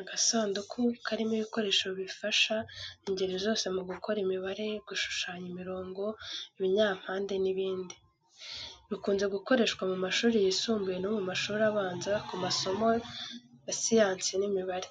Agasanduku karimo ibikoresho bifasha ingeri zose mu gukora imibare, gushushanya imirongo, ibinyampande n’ibindi. Bikunze gukoreshwa mu mashuri yisumbuye no mu mashuri abanza mu masomo ya siyansi n'imibare.